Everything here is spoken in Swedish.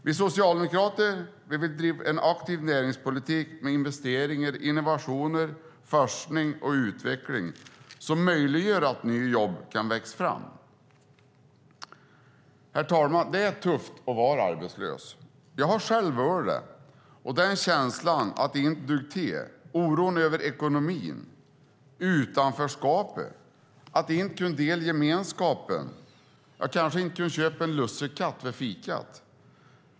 Vi socialdemokrater vill bedriva en aktiv näringspolitik med investeringar, innovationer, forskning och utveckling som möjliggör att nya jobb kan växa fram. Herr talman! Det är tufft att vara arbetslös. Jag har själv varit det. Det handlar om känslan att inte duga till, oron över ekonomin och utanförskapet, om att inte kunna dela gemenskapen och kanske inte kunna köpa en lussekatt vid fikat.